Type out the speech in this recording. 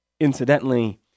Incidentally